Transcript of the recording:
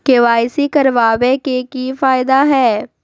KYC करवाबे के कि फायदा है?